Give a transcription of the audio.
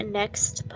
next